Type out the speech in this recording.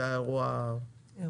זה היה אירוע מביש.